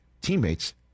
teammates